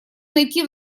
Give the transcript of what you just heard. найти